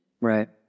Right